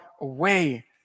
away